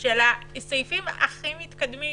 של הסעיפים הכי מתקדמים